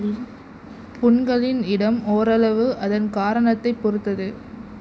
புண்களின் இடம் ஓரளவு அதன் காரணத்தைப் பொறுத்தது